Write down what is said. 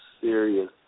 serious